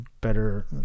better